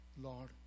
Lord